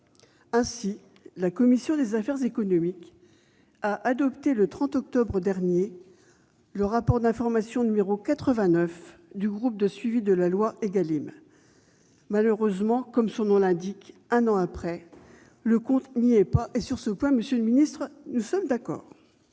Ainsi, la commission des affaires économiques a adopté, le 30 octobre dernier, le rapport d'information n° 89 du groupe de suivi de la loi Égalim. Malheureusement, comme son titre l'indique, un an après, le compte n'y est pas. Sur ce point au moins, monsieur le ministre, nous sommes d'accord.